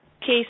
case